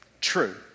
true